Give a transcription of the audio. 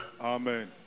amen